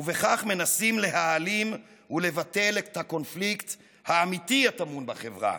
ובכך מנסים להעלים ולבטל את הקונפליקט האמיתי הטמון בחברה: